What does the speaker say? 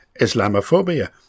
Islamophobia